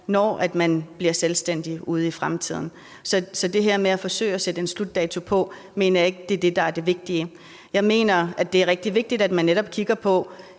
fremtiden bliver selvstændige. Så det her med at forsøge at sætte en slutdato på mener jeg ikke er det vigtige. Jeg mener, det er rigtig vigtigt, at man netop kigger på